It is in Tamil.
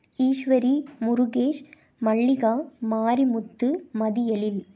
ஈஷ்வரி முருகேஷ் மல்லிகா மாரிமுத்து மதிஎழில்